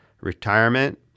retirement